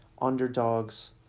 Underdogs